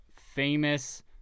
famous